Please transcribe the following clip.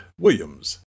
Williams